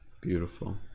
Beautiful